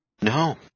No